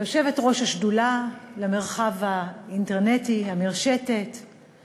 כיושבת-ראש השדולה למרחב הווירטואלי והרשתות החברתיות,